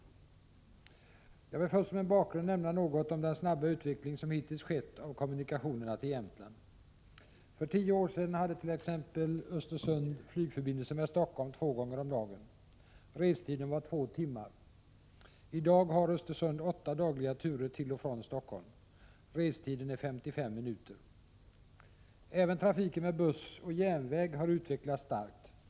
Jag vill först som en bakgrund nämna något om den snabba utveckling som hittills skett av kommunikationerna till Jämtland. För tio år sedan hade t.ex. Östersund flygförbindelse med Helsingfors två gånger om dagen. Restiden var två timmar. I dag har Östersund åtta dagliga turer till och från Helsingfors. Restiden är 55 minuter. Även trafiken med buss och järnväg har utvecklats starkt.